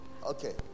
Okay